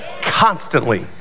constantly